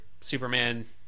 Superman